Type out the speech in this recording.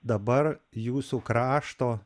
dabar jūsų krašto